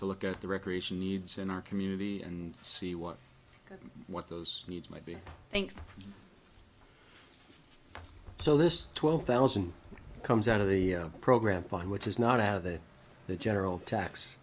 to look at the recreation needs in our community and see what what those needs might be thanks so this twelve thousand comes out of the program which is not how the general tax